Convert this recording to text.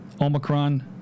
Omicron